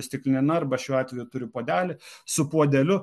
stikline arba šiuo atveju turiu puodelį su puodeliu